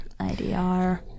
IDR